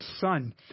son